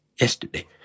yesterday